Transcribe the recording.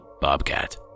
bobcat